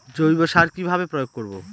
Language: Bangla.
জৈব সার কি ভাবে প্রয়োগ করব?